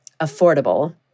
affordable